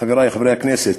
חברי חברי הכנסת,